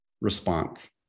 response